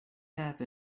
have